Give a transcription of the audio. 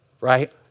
right